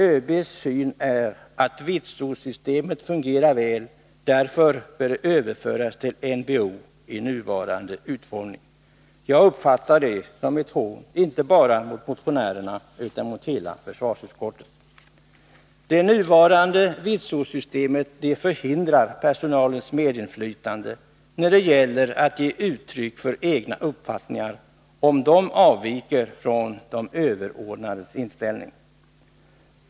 ÖB:s uppfattning är att vitsordssystemet fungerar väl och att det därför i nuvarande utformning bör överföras till NBO. Jag uppfattar det som ett hån, inte bara mot motionärerna utan mot hela försvarsutskottet. Det nuvarande vitsordssystemet förhindrar personalens medinflytande och möjligheter att ge uttryck för egna uppfattningar, om dessa avviker från de överordnades inställning.